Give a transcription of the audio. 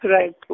Right